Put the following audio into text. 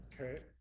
Okay